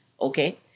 Okay